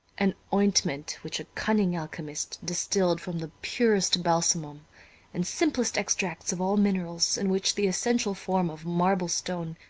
an ointment which a cunning alchymist distilled from the purest balsamum and simplest extracts of all minerals, in which the essential form of marble stone,